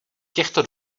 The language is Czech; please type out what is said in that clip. těchto